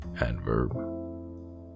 adverb